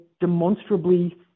demonstrably